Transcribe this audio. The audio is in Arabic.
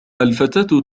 الفتاة